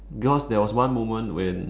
because there was one moment when